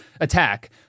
attack